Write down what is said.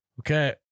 okay